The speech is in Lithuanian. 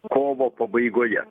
kovo pabaigoje